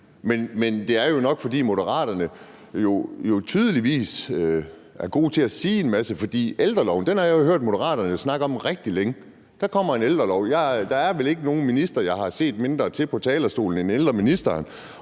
Men det er jo nok, fordi Moderaterne tydeligvis er gode til at sige en masse, for jeg har hørt Moderaterne snakke rigtig længe om ældreloven. Der kommer en ældrelov, og der er vel ikke nogen minister, jeg har set mindre til på talerstolen end ældreministeren,